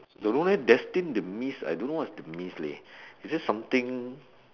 don't know leh destined demise I don't know what is demise leh is it something